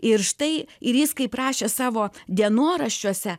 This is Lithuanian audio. ir štai ir jis kaip rašė savo dienoraščiuose